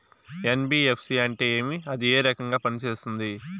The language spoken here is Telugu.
ఎన్.బి.ఎఫ్.సి అంటే ఏమి అది ఏ రకంగా పనిసేస్తుంది